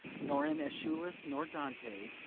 nor in aeschylus nor dante,